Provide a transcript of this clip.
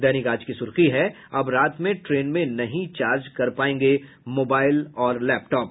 दैनिक आज की सुर्खी है अब रात में ट्रेन में नहीं चार्ज कर पायेंगे मोबाईल और लैपटॉप